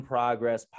Progress